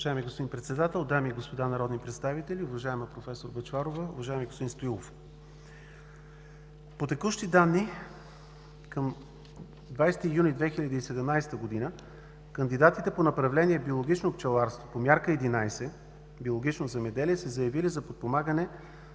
Уважаема госпожо Председател, дами и господа народни представители! Уважаема професор Бъчварова, уважаеми господин Стоилов, по текущи данни към 20 юни 2017 г. кандидатите по направление „Биологично пчеларство“ по Мярка 11 „Биологично земеделие“ са заявили за подпомагане